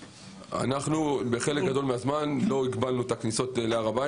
בחלק גדול מהזמן לא הגבלנו את הכניסות להר הבית.